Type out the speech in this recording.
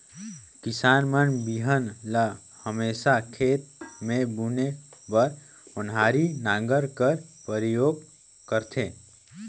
किसान मन बीहन ल हमेसा खेत मे बुने बर ओन्हारी नांगर कर परियोग करथे